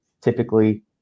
typically